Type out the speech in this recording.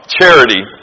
charity